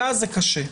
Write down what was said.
כי אז זה קשה.